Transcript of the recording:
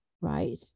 right